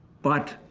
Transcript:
but,